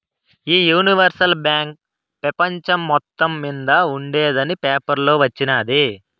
ఈ universal bank పెపంచం మొత్తం మింద ఉండేందని పేపర్లో వచిన్నాది